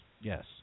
yes